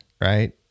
right